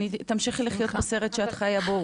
תמשיכי לחיות בסרט שאת חיה בו,